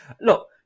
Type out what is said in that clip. Look